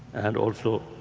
and also,